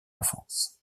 enfance